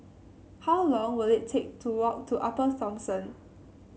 how long will it take to walk to Upper Thomson